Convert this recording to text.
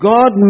God